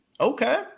Okay